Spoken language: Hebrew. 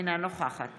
אינה נוכחת